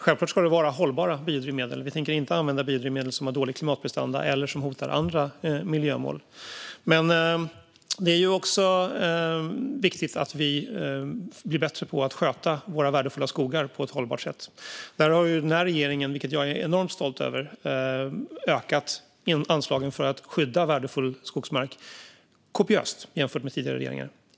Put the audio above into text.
Självklart ska det vara hållbara biodrivmedel. Vi tänker inte använda biodrivmedel med dåliga klimatprestanda eller som hotar andra miljömål. Men det är också viktigt att vi blir bättre på att sköta våra värdefulla skogar på ett hållbart sätt. Där har den här regeringen - vilket jag är enormt stolt över - ökat anslagen för att skydda värdefull skogsmark kopiöst jämfört med tidigare regeringar.